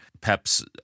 Pep's